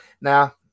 Now